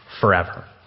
forever